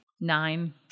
Nine